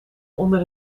onder